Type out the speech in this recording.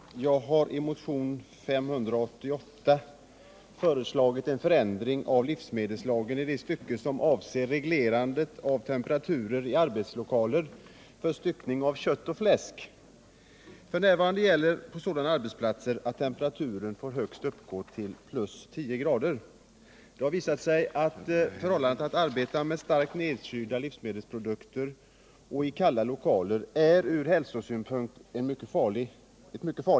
Herr talman! Jag har i motionen 588 föreslagit en ändring av livsmedelslagen i det stycke som avser reglerandet av temperaturer i arbetslokaler för styckning av kött och fläsk. F.n. gäller för sådana arbetsplatser att temperaturen får uppgå till högst +10 grader. Det har visat sig att arbete med starkt nedkylda produkter i kalla lokaler är från hälsosynpunkt mycket farligt.